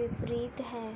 विपरीत है